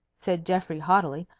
said geoffrey haughtily,